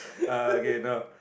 uh okay no